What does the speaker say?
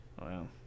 Wow